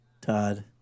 Todd